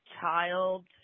child